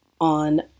on